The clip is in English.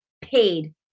paid